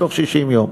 בתוך 60 יום,